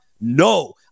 No